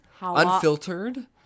unfiltered